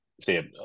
say